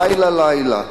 לילה-לילה,